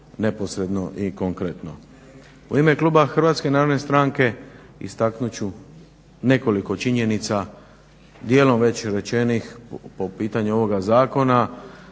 neposredno i konkretno. U ime Kluba HNS-a istaknut ću nekoliko činjenica dijelom već rečenih po pitanju ovoga zakona